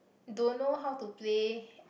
don't know how to play